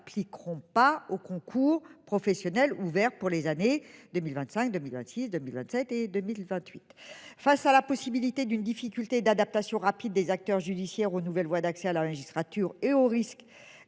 s'appliqueront pas aux concours professionnel ouvert pour les années 2025 2006, 2007 et 2028 face à la possibilité d'une difficulté d'adaptation rapide des acteurs judiciaires aux nouvelles voies d'accès à la magistrature et au risque